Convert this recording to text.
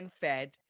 fed